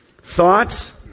thoughts